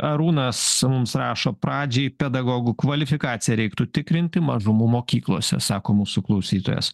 arūnas mums rašo pradžiai pedagogų kvalifikaciją reiktų tikrinti mažumų mokyklose sako mūsų klausytojas